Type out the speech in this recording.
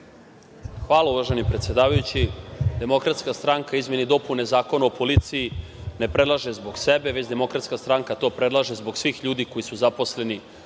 Hvala, uvaženi predsedavajući. Demokratska stranka, izmene i dopune Zakona o policiji ne predlaže zbog sebe, već DS to predlaže zbog svih ljudi koji su zaposleni